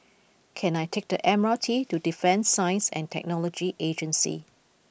can I take the M R T to Defence Science and Technology Agency